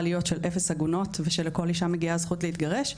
להיות של אפס עגונות ושלכל אישה מגיעה הזכות להתגרש,